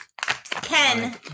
Ken